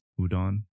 udon